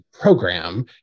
program